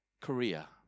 Korea